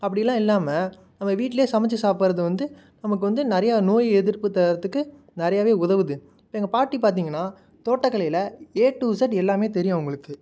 அப்படிலாம் இல்லாமல் நம்ம வீட்லேயே சமைச்சி சாப்பிட்றது வந்து நமக்கு வந்து நிறையா நோய் எதிர்ப்பு தர்றதுக்கு நிறையாவே உதவுது இப்போ எங்கள் பாட்டி பார்த்திங்கன்னா தோட்டகலையில் ஏ டு இசட் எல்லாம் தெரியும் அவங்களுக்கு